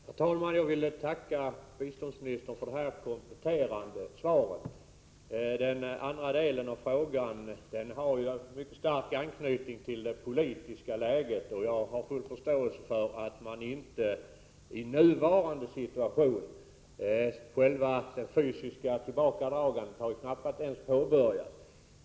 Herr talman! Jag vill tacka biståndsministern för det kompletterande inlägget. Den andra delen av frågan har ju mycket stark anknytning till det politiska läget. Jag har således full förståelse för agerandet i nuvarande situation — själva fysiska tillbakadragandet har ju knappast ens påbörjats.